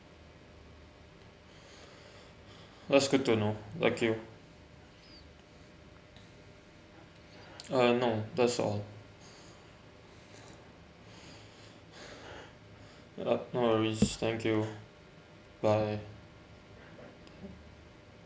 that's good to know thank you uh no that's all uh no worries thank you bye